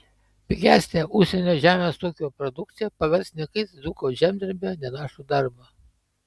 pigesnė užsienio žemės ūkio produkcija pavers niekais dzūko žemdirbio nenašų darbą